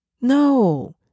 No